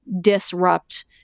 disrupt